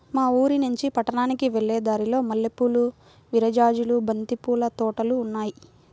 మా ఊరినుంచి పట్నానికి వెళ్ళే దారిలో మల్లెలు, విరజాజులు, బంతి పూల తోటలు ఉన్నాయ్